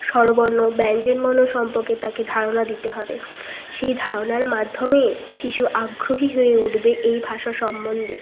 স্বরবর্ণ ব্যঞ্জনবর্ণ সম্পর্কে তাকে ধারণা দিতে হবে সেই ধারণার মাধ্যমে শিশু আগ্রহী হয়ে উঠবে এই ভাষা সমন্ধে